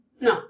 No